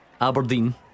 Aberdeen